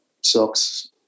socks